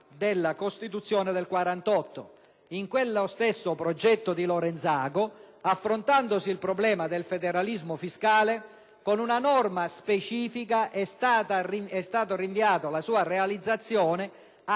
dalla Costituzione del 1948. Nello stesso progetto di Lorenzago, affrontandosi il problema del federalismo fiscale, con una norma specifica è stata rinviata la sua realizzazione a